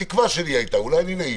התקווה שלי הייתה, ואולי אני נאיבי,